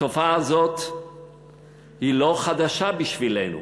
התופעה הזאת היא לא חדשה בשבילנו,